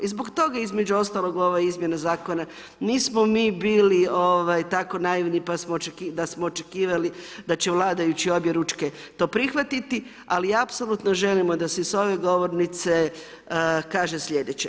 I zbog toga između ostalog, u ove izmjene zakona nismo mi bili tako naivni, da smo očekivali, da će vladajući obje ručke to prihvatiti, ali apsolutno želimo da se s ove govornice kaže sljedeće.